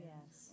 Yes